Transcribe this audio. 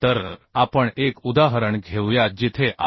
तर आपण एक उदाहरण घेऊया जिथे आय